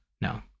no